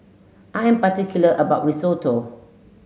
I'm particular about Risotto